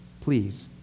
Please